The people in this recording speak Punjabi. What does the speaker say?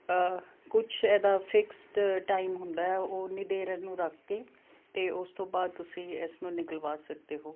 ਕੁਛ ਇਹਦਾ ਫਿਕਸਡ ਟਾਈਮ ਹੁੰਦਾ ਹੈ ਓਨੀ ਦੇਰ ਇਹਨੂੰ ਰੱਖ ਕੇ ਅਤੇ ਉਸ ਤੋਂ ਬਾਅਦ ਤੁਸੀਂ ਇਸ ਨੂੰ ਨਿਕਲਵਾ ਸਕਦੇ ਹੋ